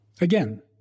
again